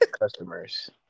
customers